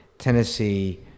Tennessee